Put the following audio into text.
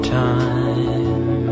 time